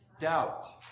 doubt